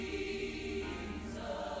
Jesus